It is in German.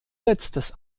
letztes